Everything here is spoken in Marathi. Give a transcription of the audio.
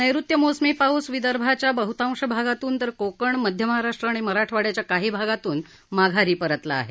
नैऋत्य मोसमी पाऊस विदर्भाच्या बहुतांश भागातून तर कोकण मध्य महाराष्ट्र आणि मराठवाङ्याच्या काही भागातून माघारी परतला आहे